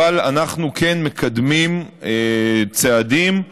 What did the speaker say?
אנחנו כן מקדמים צעדים,